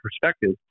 perspective